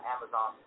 Amazon